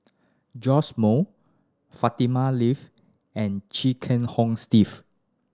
Joash Moo Fatimah Lateef and Chia Kiah Hong Steve